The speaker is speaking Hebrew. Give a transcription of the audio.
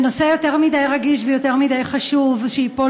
זה נושא יותר מדי רגיש ויותר מדי חשוב מכדי ייפול